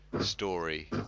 story